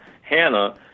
Hannah